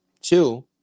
Two